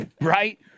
right